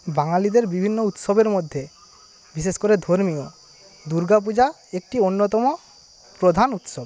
বাঙালিদের বিভিন্ন উৎসবের মধ্যে বিশেষ করে ধর্মীয় দুর্গাপূজা একটি অন্যতম প্রধান উৎসব